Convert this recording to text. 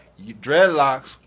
dreadlocks